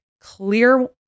clear